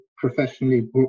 professionally